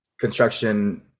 construction